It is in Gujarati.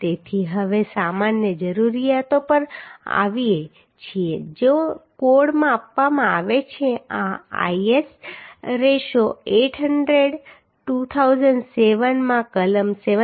તેથી હવે સામાન્ય જરૂરિયાતો પર આવીએ છીએ જે કોડમાં આપવામાં આવી છે આ IS 800 2007 ના કલમ 7